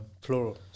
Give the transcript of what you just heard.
plural